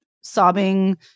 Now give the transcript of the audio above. sobbing